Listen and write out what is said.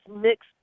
mixed